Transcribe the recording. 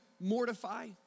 mortify